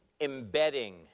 embedding